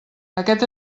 aquest